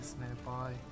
nearby